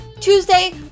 Tuesday